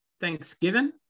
Thanksgiving